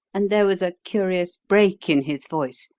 and there was a curious break in his voice,